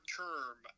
term